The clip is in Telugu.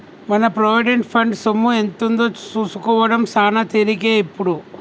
మన ప్రొవిడెంట్ ఫండ్ సొమ్ము ఎంతుందో సూసుకోడం సాన తేలికే ఇప్పుడు